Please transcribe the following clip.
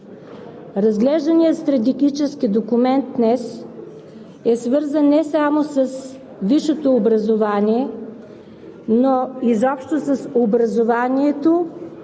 Разглежданият стратегически документ днес е свързан не само с висшето образование, но изобщо с образованието